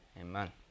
amen